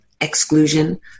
exclusion